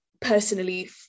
personally